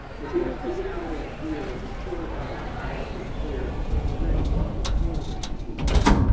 with the expeditionary zeal of a tour guide into trafalgar square he led all but four of them from the room.